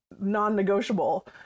non-negotiable